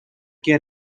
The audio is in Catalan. què